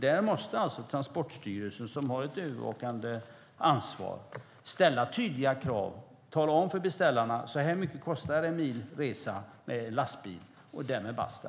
Där måste Transportstyrelsen som har ett övervakande ansvar ställa tydliga krav och tala om för beställarna hur mycket en mils resa kostar med lastbil, och därmed basta.